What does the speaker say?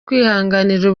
kwihanganira